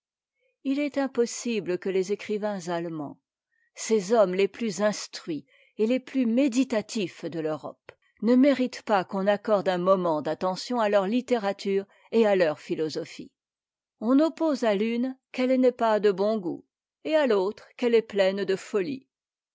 il est impossible que les écrivains allemands ms hommes les plus instruits et les plus méditatifs de l'europe ne méritent pas qu'on accorde un moment d'attention a leur iittérature et a leur philosophie on oppose à l'une qn'eiie n'est pas de bon'goût et a l'autre qu'elle est pleine de folies